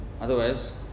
otherwise